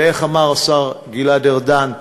ואיך אמר השר גלעד ארדן?